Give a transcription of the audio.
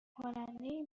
کننده